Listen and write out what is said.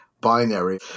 binary